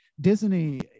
Disney